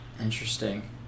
Interesting